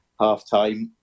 halftime